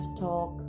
talk